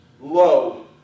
low